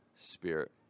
spirit